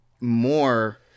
more